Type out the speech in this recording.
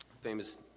famous